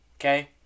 okay